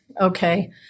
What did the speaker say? Okay